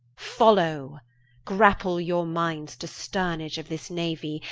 follow grapple your minds to sternage of this nauie,